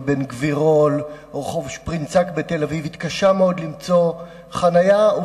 רחוב אבן-גבירול או רחוב שפרינצק בתל-אביב התקשה מאוד למצוא חנייה.